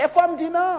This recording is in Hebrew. איפה המדינה.